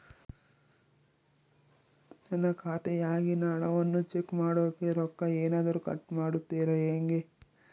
ನನ್ನ ಖಾತೆಯಾಗಿನ ಹಣವನ್ನು ಚೆಕ್ ಮಾಡೋಕೆ ರೊಕ್ಕ ಏನಾದರೂ ಕಟ್ ಮಾಡುತ್ತೇರಾ ಹೆಂಗೆ?